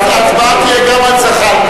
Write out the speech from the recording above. ההצבעה תהיה גם על זחאלקה.